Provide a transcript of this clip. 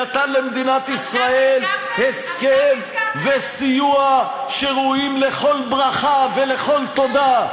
שנתן למדינת ישראל הסכם וסיוע שראויים לכל ברכה ולכל תודה.